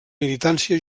militància